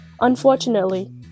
Unfortunately